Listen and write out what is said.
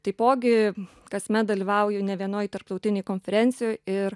taipogi kasmet dalyvauju ne vienoj tarptautinėj konferencijoj ir